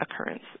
occurrence